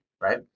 right